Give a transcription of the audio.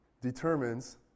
determines